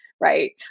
Right